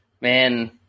man